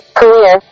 career